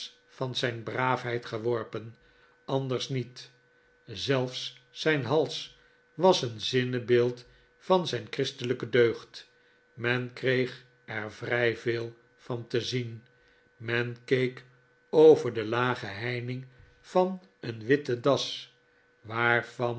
van zijn braafheid geworpen anders niet zelfs zijn hals was een zinruebeeld van zijn christelijke deugd men kreeg er vrij veel van te zien men keek over de lage heining van een witte das